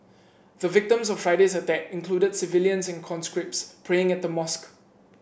the victims of Friday's attack included civilians and conscripts praying at the mosque